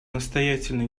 настоятельной